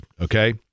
okay